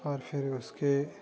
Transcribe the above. اور پھر اس کے